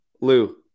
Lou